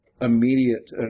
immediate